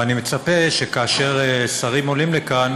ואני מצפה שכאשר שרים עולים לכאן,